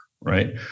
right